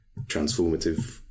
transformative